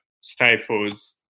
stifles